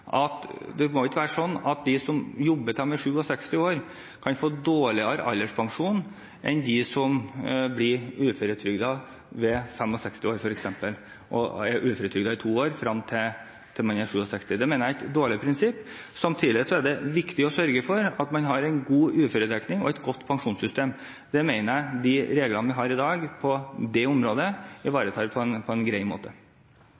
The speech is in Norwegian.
år, kan få dårligere alderspensjon enn dem som blir uføretrygdet ved f.eks. 65 år og er uføretrygdet i to år frem til de er 67 år. Det mener jeg er et dårlig prinsipp. Samtidig er det viktig å sørge for at man har en god uføredekning og et godt pensjonssystem. Det mener jeg de reglene vi har i dag på det området, ivaretar på en grei måte.